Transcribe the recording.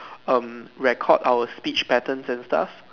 um record our speech patterns and stuff